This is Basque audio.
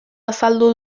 azaldu